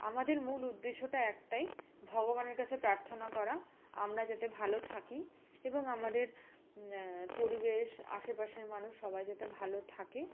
আমাদের মূল উদ্দেশ্যটা একটাই ভগবানের কাছে প্রার্থনা করা আমরা যাতে ভালো থাকি এবং আমাদের পরিবেশ আশেপাশের মানুষ সবাই যাতে ভালো থাকে